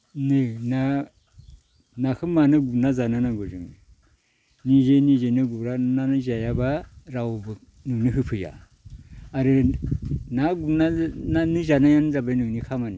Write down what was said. ना नाखौ मानो गुरना जानो नांगौ जोङो निजै निजैनो गुरनानै जायाब्ला रावबो नोंनो होफैया आरो ना गुरनानै जानायानो जाबाय नोंनि खामानि